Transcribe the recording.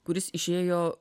kuris išėjo